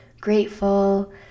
grateful